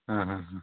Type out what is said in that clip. ಹಾಂ ಹಾಂ ಹಾಂ